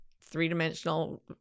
three-dimensional